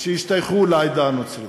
שהשתייכו לעדה הנוצרית.